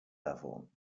level